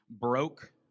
broke